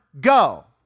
go